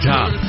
Top